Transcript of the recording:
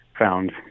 Found